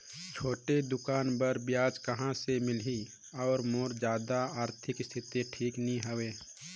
छोटे दुकान बर ब्याज कहा से मिल ही और मोर जादा आरथिक स्थिति ठीक नी हवे?